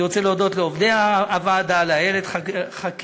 אני רוצה להודות לעובדי הוועדה, לאיילת חאקימיאן.